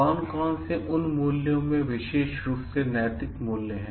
कौन कौन से उन मूल्यों में विशेष रूप से नैतिक मूल्य हैं